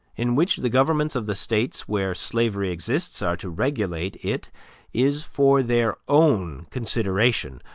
in which the governments of the states where slavery exists are to regulate it is for their own consideration,